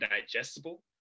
digestible